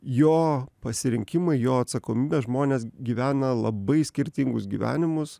jo pasirinkimai jo atsakomybė žmonės gyvena labai skirtingus gyvenimus